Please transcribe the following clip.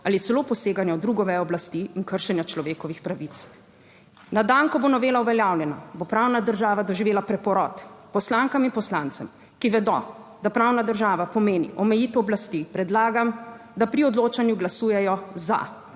ali celo poseganja v drugo vejo oblasti in kršenja človekovih pravic. Na dan, ko bo novela uveljavljena, bo pravna država doživela preporod. Poslankam in poslancem, ki vedo, da pravna država pomeni omejitev oblasti, predlagam, da pri odločanju glasujejo za.